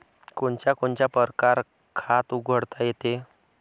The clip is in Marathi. कोनच्या कोनच्या परकारं खात उघडता येते?